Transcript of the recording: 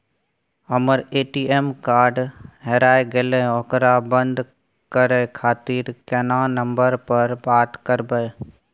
हमर ATM card हेराय गेले ओकरा बंद करे खातिर केना नंबर पर बात करबे?